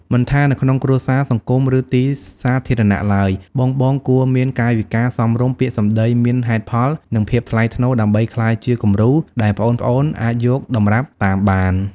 មិនថានៅក្នុងគ្រួសារ សង្គម ឬទីសាធារណៈឡើយ បងៗគួរមានកាយវិការសមរម្យ ពាក្យសម្ដីមានហេតុផល និងភាពថ្លៃថ្នូរ ដើម្បីក្លាយជាគំរូដែលប្អូនៗអាចយកតម្រាប់តាមបាន។